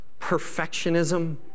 perfectionism